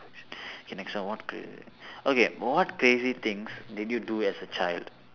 okay next one what the okay what crazy things did you do as a child